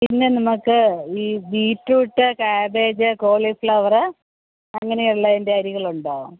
പിന്നെ നമുക്ക് ഈ ബീറ്റ്റൂട്ട് കാബേജ് കോളിഫ്ലവർ അങ്ങനെ ഉള്ളതിൻ്റെ അരികളുണ്ടോ